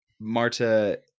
Marta